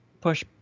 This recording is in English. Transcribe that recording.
push